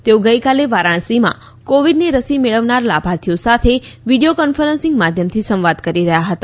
તેઓ ગઇકાલે વારાણસીમાં કોવીડની રસી મેળવનાર લાભાર્થીઓ સાથે વિડીયો કોન્ફરન્સીંગ માધ્યમથી સંવાદ કરી રહયાં હતા